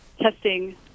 testing